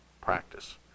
practice